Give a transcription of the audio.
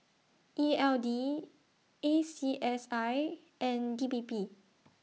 E L D A C S I and D P P